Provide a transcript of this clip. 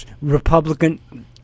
Republican